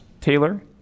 Taylor